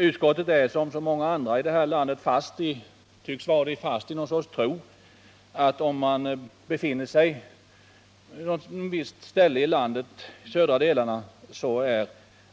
Utskottet är som så många andra här i landet fast i något slags tro att det inte finns